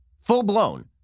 full-blown